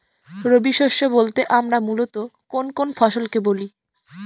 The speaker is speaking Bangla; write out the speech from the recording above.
রবি শস্য বলতে আমরা মূলত কোন কোন ফসল কে বলি?